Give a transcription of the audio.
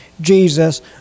Jesus